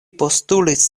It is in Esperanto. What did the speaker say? postulis